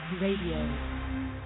Radio